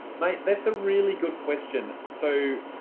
mate, that's a really good question. so